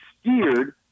steered